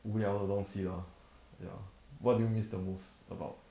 无聊的东西 lor ya what do you miss the most about